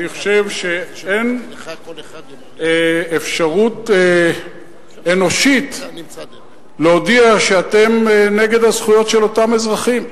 אני חושב שאין אפשרות אנושית להודיע שאתם נגד הזכויות של אותם אזרחים.